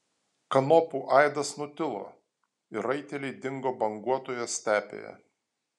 kanopų aidas nutilo ir raiteliai dingo banguotoje stepėje